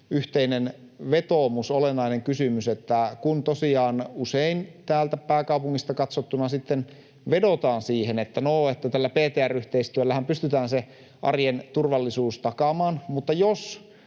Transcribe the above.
yhteinen vetoomus, olennainen kysymys, että kun tosiaan usein täältä pääkaupungista katsottuna vedotaan siihen, että no, PTR-yhteistyöllähän pystytään se arjen turvallisuus takaamaan, niin jos